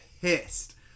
pissed